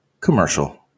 commercial